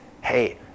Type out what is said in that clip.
hey